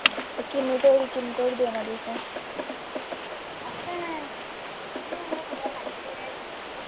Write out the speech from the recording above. ते किन्ने धोड़ी किन्ने धोड़ी देना तुसें